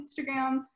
Instagram